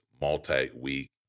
multi-week